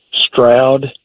Stroud